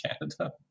Canada